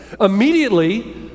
immediately